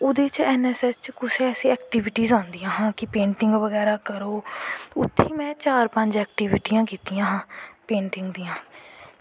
ओह्दा च N S S च ऐसी ऐक्टिविटियां आंदियां हां कि पेंटिंग बगैरा करो उत्थें में चार पंज ऐक्टिविटियां कीतियां हां पेंटिंग दियां